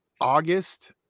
August